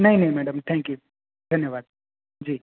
નહીં નહીં madam thank you ધન્યવાદ જી જી થેન્ક્યુ